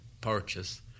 purchase